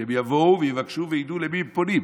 שהם יבואו ויבקשו וידעו למי הם פונים.